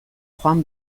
joan